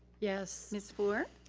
yes. miss fluor.